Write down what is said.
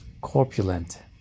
corpulent